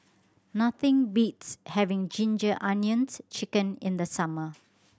nothing beats having Ginger Onions Chicken in the summer